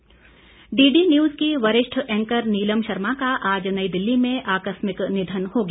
नीलम Sharma DD News की वरिष्ठ anchor Neelam Sharma का आज नई दिल्ली में आकरिमक निधन हो गया